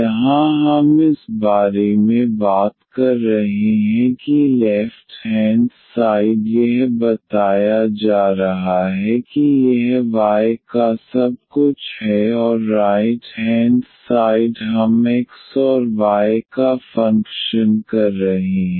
यहाँ हम इस बारे में बात कर रहे हैं कि लेफ्ट हेंड साइड यह बताया जा रहा है कि यह y का सब कुछ है और राइट हेंड साइड हम x और y का फंक्शन कर रहे हैं